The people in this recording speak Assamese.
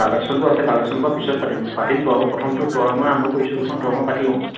কালেশ্যনটো আছে কালেকশ্যন বাৰু পিছত পাতিম পাতিমতো আকৌ প্ৰথমটো তই মই আৰম্ভ কৰিছোঁ দেচোন তই মই পাতি লওঁ